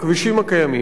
לכבישים הקיימים,